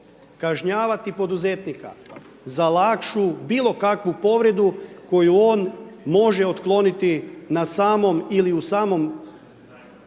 kažnjavati poduzetnika za lakšu bilo kakvu povredu koju on može otkloniti na samom ili u samom